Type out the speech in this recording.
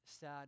sad